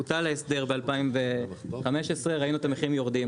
בוטל ההסדר ב-2015 ראינו את המחירים יורדים,